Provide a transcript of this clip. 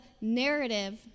narrative